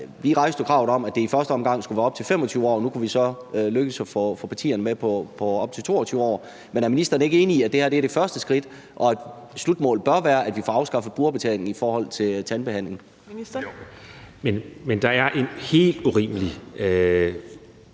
Vi rejste jo kravet om, at det i første omgang skulle være op til 25 år, og nu kunne vi så lykkes med at få partierne med på, at det er op til 22 år. Men er ministeren ikke enig i, at det her er det første skridt, og at et slutmål bør være, at vi får afskaffet brugerbetalingen i forhold til tandbehandlingen? Kl. 11:56 Tredje